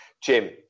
Jim